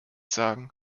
sagen